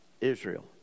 Israel